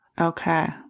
Okay